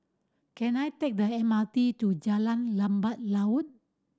can I take the M R T to Jalan Lebat Daun